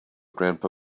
grandpa